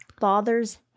father's